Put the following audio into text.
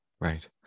Right